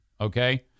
Okay